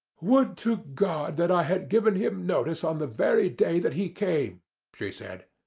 would to god that i had given him notice on the very day that he came she said.